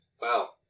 Wow